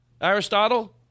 Aristotle